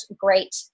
great